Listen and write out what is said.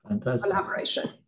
collaboration